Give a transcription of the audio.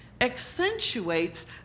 accentuates